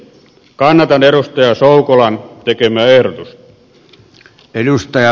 kannatan edustaja soukolan tekemää ehdotusta